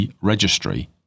registry